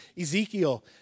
Ezekiel